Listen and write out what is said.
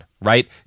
right